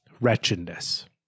wretchedness